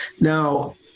Now